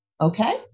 okay